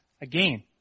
again